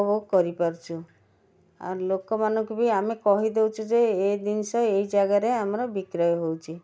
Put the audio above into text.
ଉପଭୋଗ କରିପାରୁଛୁ ଆଉ ଲୋକମାନଙ୍କୁ ବି ଆମେ କହିଦେଉଛୁ ଯେ ଏ ଜିନିଷ ଏଇ ଜାଗାରେ ଆମର ବିକ୍ରୟ ହେଉଛି